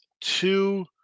two